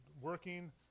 working